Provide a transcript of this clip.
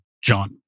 John